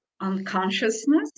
unconsciousness